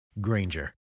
Granger